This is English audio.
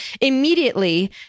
immediately